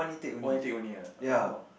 one intake only ah oh